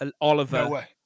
Oliver